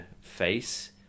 face